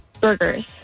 Burgers